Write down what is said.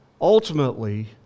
ultimately